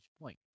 point